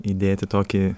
įdėti tokį